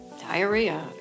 diarrhea